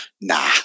nah